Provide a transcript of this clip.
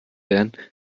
werden